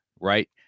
Right